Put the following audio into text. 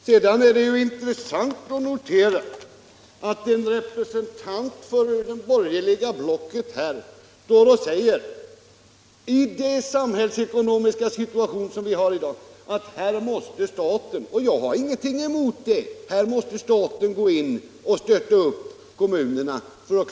Sedan är det intressant att notera att en representant för det borgerliga blocket står och säger att i den samhällsekonomiska situation vi i dag befinner oss i måste staten gå in och stötta upp kommunerna för att dessa skall klara länskorten — vilket jag inte har någonting emot.